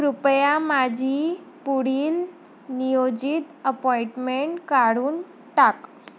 कृपया माझी पुढील नियोजित अपॉइटमेंट काढून टाक